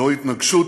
זוהי התנגשות